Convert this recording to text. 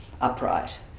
upright